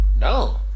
No